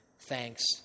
thanks